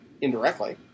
indirectly